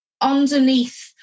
underneath